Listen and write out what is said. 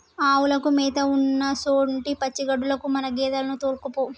ఆవులకు మేత ఉన్నసొంటి పచ్చిగడ్డిలకు మన గేదెలను తోల్కపో